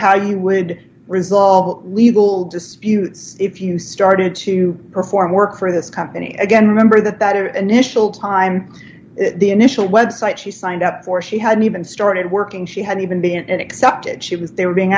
how you would result legal disputes if you started to perform work for this company again remember that that her initial time the initial website she signed up for she hadn't even started working she hadn't even been and accepted she was they were being